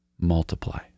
Multiply